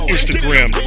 Instagram